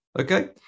Okay